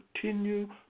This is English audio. continue